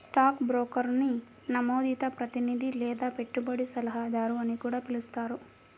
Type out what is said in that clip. stock బ్రోకర్ని నమోదిత ప్రతినిధి లేదా పెట్టుబడి సలహాదారు అని కూడా పిలుస్తారు